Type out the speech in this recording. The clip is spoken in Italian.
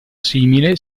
simile